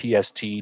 PST